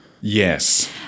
Yes